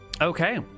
Okay